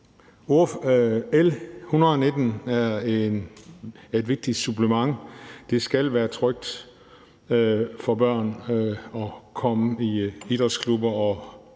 der. L 119 er et vigtigt supplement. Det skal være trygt for børn at komme i idrætsklubber og